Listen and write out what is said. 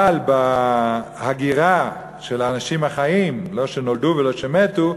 אבל בהגירה של האנשים החיים, לא שנולדו ולא שמתו,